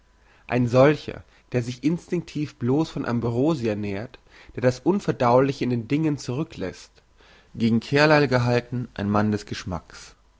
ein solcher der sich instinktiv bloss von ambrosia nährt der das unverdauliche in den dingen zurücklässt gegen carlyle gehalten ein mann des geschmacks